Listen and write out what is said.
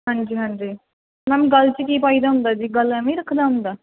ਹਾਂਜੀ ਹਾਂਜੀ ਮੈਮ ਗਲ 'ਚ ਕੀ ਪਾਈਦਾ ਹੁੰਦਾ ਜੀ ਗਲ ਐਵੇਂ ਹੀ ਰੱਖਣਾ ਹੁੰਦਾ